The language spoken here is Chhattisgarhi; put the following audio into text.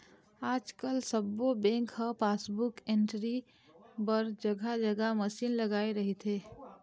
आजकाल सब्बो बेंक ह पासबुक एंटरी बर जघा जघा मसीन लगाए रहिथे